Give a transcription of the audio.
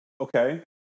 okay